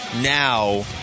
now